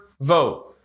vote